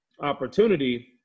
opportunity